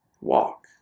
Walk